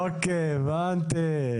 אוקיי, הבנתי.